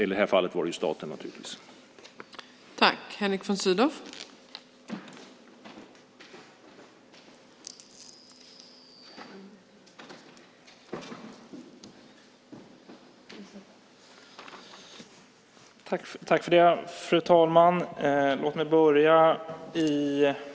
I det här fallet är det naturligtvis staten.